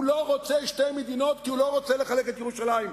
הוא לא רוצה שתי מדינות כי הוא לא רוצה לחלק את ירושלים.